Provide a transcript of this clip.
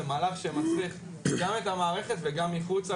זה מהלך שמצריך גם את המערכת וגם מחוצה